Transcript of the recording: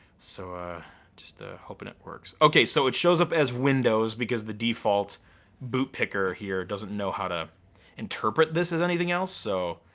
so ah just hopin' it works. okay, so it shows up as windows because the default boot picker here doesn't know how to interpret this as anything else. so